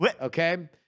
Okay